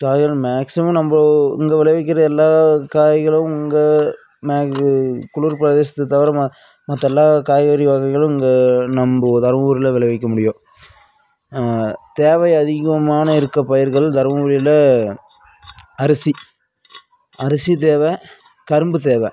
காய்கறிகள் மேக்சிமம் நம்ம இங்கே விளைவிக்கிற எல்லா காய்களும் இங்கே மே குளிர் பிரதேசத்தை தவிர ம மற்ற எல்லா காய்கறி வகைகளும் இங்கே நம்ம தருமபுரியில் விளைவிக்க முடியும் தேவை அதிகமாக இருக்க பயிர்கள் தருமபுரியில் அரிசி அரிசி தேவை கரும்பு தேவை